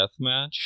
deathmatch